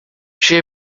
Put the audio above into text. she